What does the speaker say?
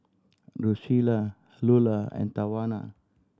Drucilla Lula and Tawana